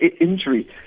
injury